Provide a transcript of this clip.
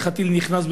איך הטיל נכנס,